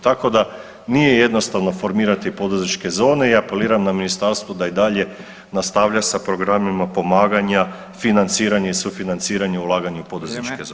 Tako da nije jednostavno formirati poduzetničke zone i apeliram na ministarstvo da i dalje nastavlja sa programima pomaganja financiranja i sufinanciranja ulaganja u poduzetničke zone.